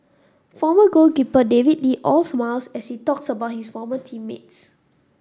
former goalkeeper David Lee all smiles as he talks about his former team mates